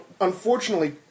unfortunately